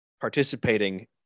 participating